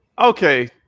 Okay